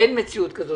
אין מציאות כזאת.